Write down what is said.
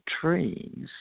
trees